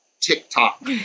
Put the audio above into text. TikTok